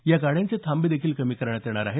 या गाड्यांचे थांबे देखील कमी करण्यात येणार आहेत